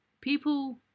people